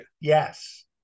Yes